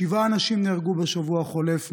שבעה אנשים נהרגו בשבוע החולף,